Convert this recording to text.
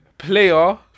Player